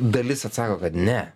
dalis atsako kad ne